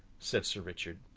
said sir richard.